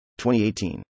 2018